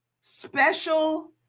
Special